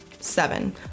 Seven